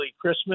Christmas